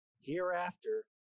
Hereafter